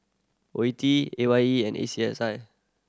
O ETI A Y E and A C S I